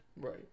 Right